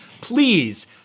please